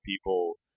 people